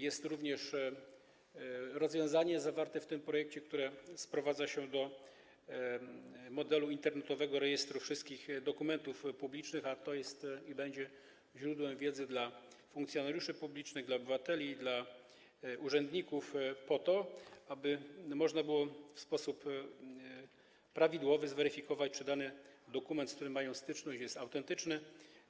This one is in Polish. Jest również rozwiązanie zawarte w tym projekcie, które sprowadza się do modelu internetowego rejestru wszystkich dokumentów publicznych, a to jest i będzie źródłem wiedzy dla funkcjonariuszy publicznych, dla obywateli i dla urzędników po to, aby można było w sposób prawidłowy zweryfikować, czy dany dokument, z którym mają styczność, jest autentyczny,